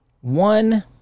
One